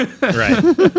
Right